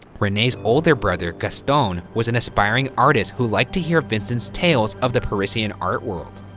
rene's older brother, gaston, was an aspiring artist who liked to hear vincent's tales of the parisian art world.